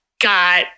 got